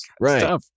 right